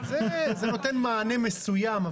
זה נותן מענה מסוים,